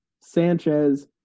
sanchez